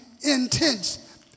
intense